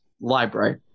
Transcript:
library